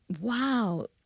wow